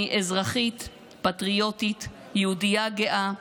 אני אזרחית פטריוטית, יהודייה גאה.